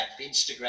Instagram